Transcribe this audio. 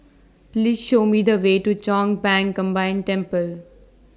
Please Show Me The Way to Chong Pang Combined Temple